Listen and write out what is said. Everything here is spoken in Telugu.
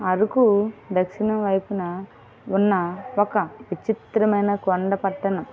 అరుకు దక్షిణం వైపున ఉన్న ఒక విచిత్రమైన కొండ పట్టణం